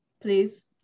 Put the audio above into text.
please